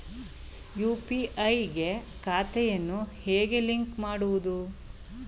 UPI ಗೆ ಖಾತೆಯನ್ನು ಹೇಗೆ ಲಿಂಕ್ ಮಾಡುವುದು?